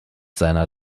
seiner